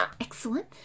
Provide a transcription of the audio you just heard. Excellent